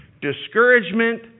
discouragement